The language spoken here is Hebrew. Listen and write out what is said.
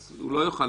אז הוא לא יוכל,